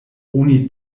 oni